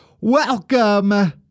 Welcome